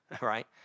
right